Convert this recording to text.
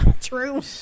True